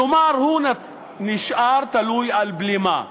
כלומר, הוא נשאר תלוי על בלימה.